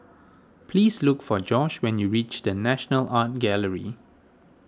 please look for Josh when you reach the National Art Gallery